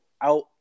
out